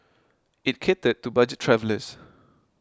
it catered to budget travellers